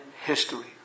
history